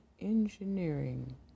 Engineering